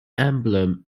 emblem